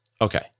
Okay